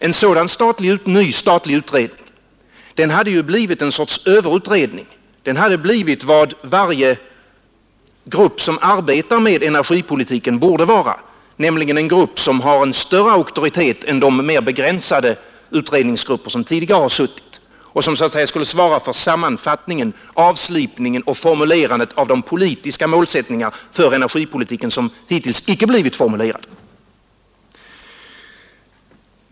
En sådan ny statlig utredning hade blivit en sorts överutredning. Den hade blivit vad varje grupp som arbetar med energipolitiken borde vara, nämligen en grupp som har en större auktoritet än de mera begränsade utredningsgrupper som tidigare suttit. Den skulle så att säga svara för sammanfattningen, avslipningen och formulerandet av de politiska målsättningar för energipolitiken som hittills icke blivit formulerade.